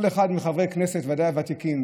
כל אחד מחברי הכנסת, ודאי הוותיקים